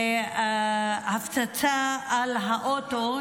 בהפצצה על אוטו,